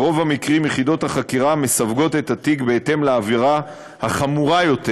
וברוב המקרים יחידות החקירה מסווגות את התיק בהתאם לעבירה החמורה יותר,